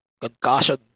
concussion